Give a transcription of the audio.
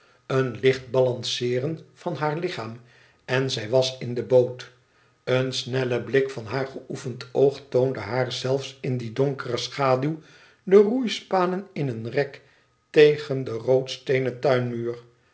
een licht balanceeren van haar lichaam en zij was in deboot en snelle blik van haar geoefend oog toonde haar zelfs in die donkere schaduw de roeispanen in een rek tegen den